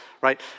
Right